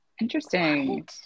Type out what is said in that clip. Interesting